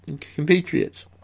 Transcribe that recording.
compatriots